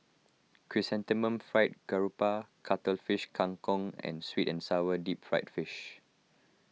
Chrysanthemum Fried Garoupa Cuttlefish Kang Kong and Sweet and Sour Deep Fried Fish